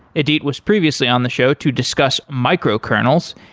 idit was previously on the show to discuss microkernels,